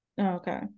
Okay